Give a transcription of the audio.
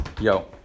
Yo